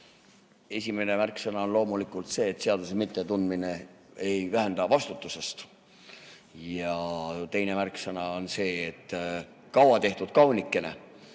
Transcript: Esimene märksõna on loomulikult see, et seaduse mittetundmine ei vähenda vastutust. Ja teine märksõna on see, et kaua tehtud, kaunikene.